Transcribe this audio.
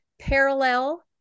parallel